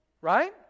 Right